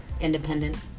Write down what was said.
independent